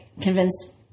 convinced